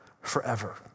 forever